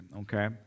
Okay